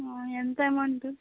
ఎంత అమౌంట్